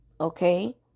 Okay